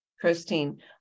Christine